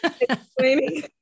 explaining